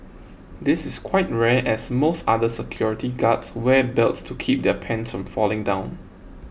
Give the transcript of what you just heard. this is quite rare as most other security guards wear belts to keep their pants from falling down